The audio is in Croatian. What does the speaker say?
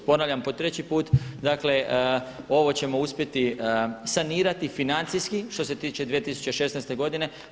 Ponavljam po treći put, dakle ovo ćemo uspjeti sanirati financijski što se tiče 2016. godine.